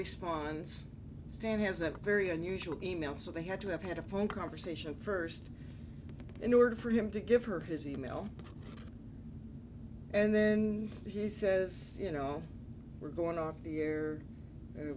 response stan has a very unusual e mail so they had to have had a phone conversation first in order for him to give her his e mail and then he says you know we're going off the air